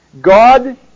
God